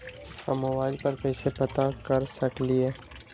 हम मोबाइल पर कईसे पता कर सकींले?